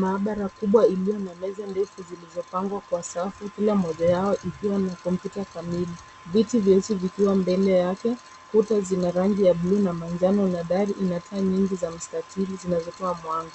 Maabara kubwa iliyo na meza ndefu zilizopangwa kwa safu, kila mmoja yao ikiwa na kompyuta kamili. Viti vyeusi vikiwa mbele yake. Kuta zina rangi ya bluu na manjano na dari ina taa nyingi za mstatili zinazotoa mwanga.